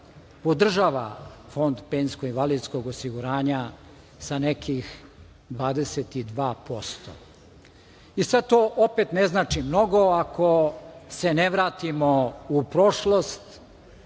podržava Fond penzijsko invalidskog osiguranja sa nekih 22% i sada to opet ne znači mnogo ako se ne vratimo u prošlost. Ima